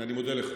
אני מודה לך.